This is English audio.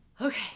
Okay